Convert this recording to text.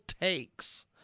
takes